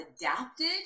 adapted